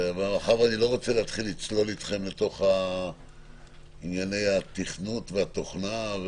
מאחר שאני לא רוצה להתחיל לצלול אתכם לענייני התכנות והתוכנה,